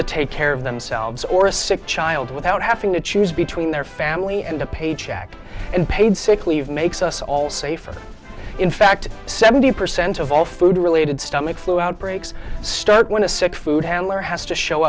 to take care of themselves or a sick child without having to choose between their family and a paycheck and paid sick leave makes us all safer in fact seventy percent of all food related stomach flu outbreaks start when a sick food handler has to show